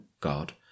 God